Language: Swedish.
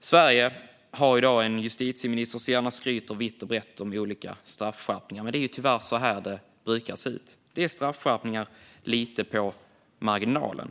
Sverige har i dag en justitieminister som gärna skryter vitt och brett om olika straffskärpningar, men det är ju så här det ser ut, med straffskärpningar lite på marginalen.